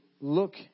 look